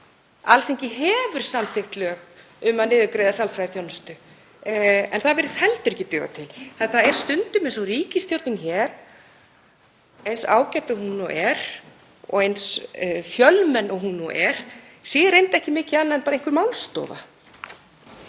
Alþingi hefur samþykkt lög um að niðurgreiða sálfræðiþjónustu en það virðist heldur ekki duga til. Það er stundum eins og ríkisstjórnin hér, eins ágæt og hún er og eins fjölmenn og hún nú er, sé í reynd ekki mikið annað en bara einhver málstofa.